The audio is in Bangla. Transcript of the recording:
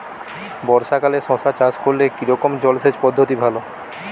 বর্ষাকালে শশা চাষ করলে কি রকম জলসেচ পদ্ধতি ভালো?